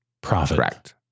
profit